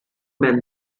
man